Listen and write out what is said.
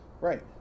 right